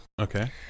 okay